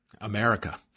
America